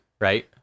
Right